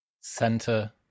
center